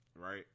right